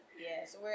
Yes